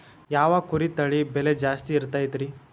ಯಾವ ಕುರಿ ತಳಿ ಬೆಲೆ ಜಾಸ್ತಿ ಇರತೈತ್ರಿ?